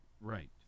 right